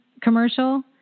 commercial